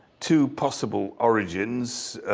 two possible origins,